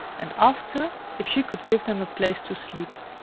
and asked her if she could give them a place to sleep.